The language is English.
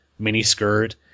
miniskirt